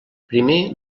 primer